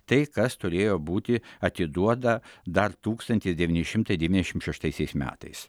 tai kas turėjo būti atiduoda dar tūkstantis devyni šimtai devyniasdešim šeštaisiais metais